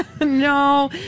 No